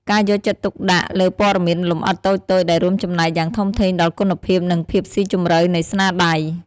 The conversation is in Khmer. ការយកចិត្តទុកដាក់លើព័ត៌មានលម្អិតតូចៗបានរួមចំណែកយ៉ាងធំធេងដល់គុណភាព និងភាពស៊ីជម្រៅនៃស្នាដៃ។